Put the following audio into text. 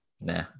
Nah